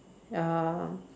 ya